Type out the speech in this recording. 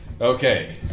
Okay